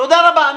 תודה רבה.